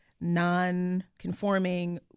non-conforming